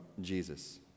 Jesus